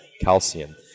calcium